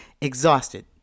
exhausted